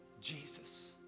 Jesus